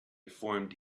formed